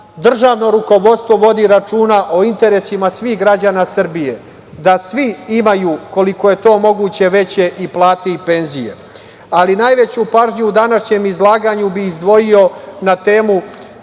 državno rukovodstvo vodi računa o interesima svih građana Srbije, da svi imaju koliko je to moguće, veće i plate i penzije. Najveću pažnju u današnjem izlaganju bih izdvojio na temu